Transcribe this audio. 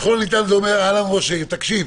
ככל הניתן זה אומר: אהלן, ראש העיר, תקשיב,